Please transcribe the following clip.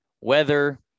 weather